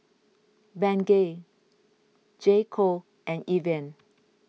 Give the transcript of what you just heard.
Bengay J Co and Evian